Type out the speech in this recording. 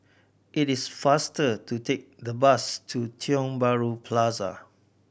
it is faster to take the bus to Tiong Bahru Plaza